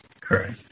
Correct